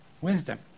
Wisdom